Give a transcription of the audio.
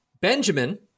Benjamin